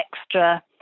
extra